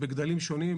בגדלים שונים,